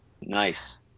Nice